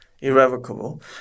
Irrevocable